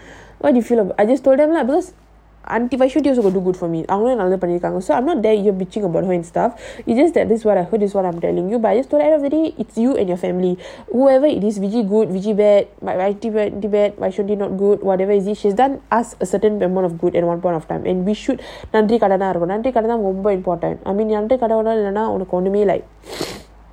what do you feel I just told them lah because நல்லபண்ணிருக்காங்க:nalla pannirukanga so I'm not there bitching about her and stuff it's just that this what I heard is what I'm telling you but at the end of the day it's you and your family whoever it is good bad நன்றிக்கடனாஇருக்கனும்நன்றிக்கடன்:nadri kadana irukanum nandri kadan she's done us a certain amount of good at one point of time and we should நன்றிக்கடன்இல்லனாஉனக்குஒண்ணுமேஇல்ல:nandri kadan illana unaku onnume illa